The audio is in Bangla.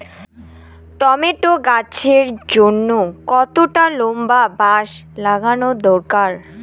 টমেটো গাছের জন্যে কতটা লম্বা বাস লাগানো দরকার?